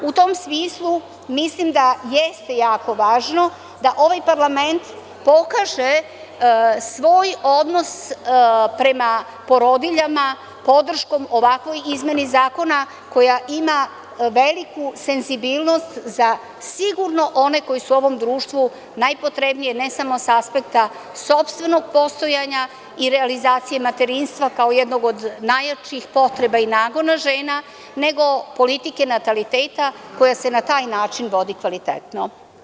U tom smislu, mislim da jeste jako važno da ovaj parlament pokaže svoj odnos prema porodiljama podrškom ovakvom izmeni zakona koja ima veliku senzibilnost za sigurno one koji su ovom društvu najpotrebnije, ne samo sa aspekta sopstvenog postojanja i realizacije materinstva, kao jednog od najjačih potreba i nagona žena, nego politike nataliteta koja se na taj način vodi kvalitetno.